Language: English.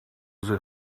the